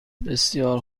بسیار